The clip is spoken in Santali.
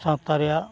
ᱥᱟᱶᱛᱟ ᱨᱮᱭᱟᱜ